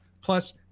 plus